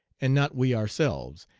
and not we ourselves,